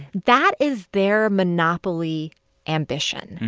that is their monopoly ambition.